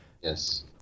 Yes